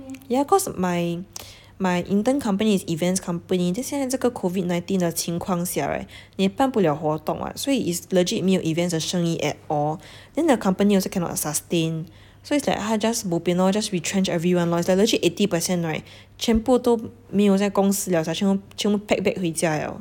yeah cause my my intern company is events company then 现在这个 COVID nineteen 的情况下 right 也办不了活动 [what] 所以 is legit 没有 events 的生意 at all then the company also cannot sustain so it's !huh! bo pian lor just retrench everyone lor is like legit eighty percent right 全部都没有在公司 liao sia 全全部 pack bag 回家 liao